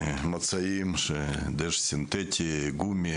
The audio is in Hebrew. במצעים של דשא סינטטי ושל גומי,